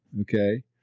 okay